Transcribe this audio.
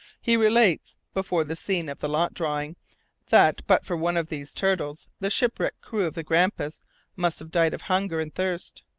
he relates, before the scene of the lot-drawing, that but for one of these turtles the shipwrecked crew of the grampus must have died of hunger and thirst.